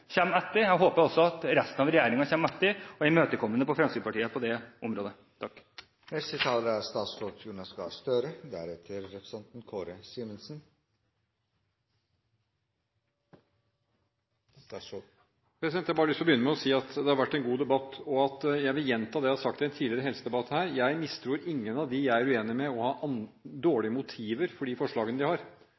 etter. Jeg håper også at resten av regjeringen kommer etter og er imøtekommende overfor Fremskrittspartiet på dette området. Jeg har lyst til å begynne med å si at det har vært en god debatt, og jeg vil gjenta det jeg har sagt i en tidligere helsedebatt her: Jeg mistenker ingen av dem jeg er uenig med for å ha dårlige motiver for de forslagene de har,